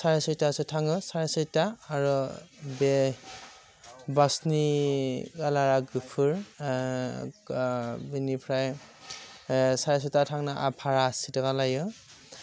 साराय सयथासो थाङो साराय सयथा आरो बे बासनि कालारा गुफुर बेनिफ्राय साराय सयथा थांना भारा आसिताखा लायो